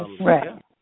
Right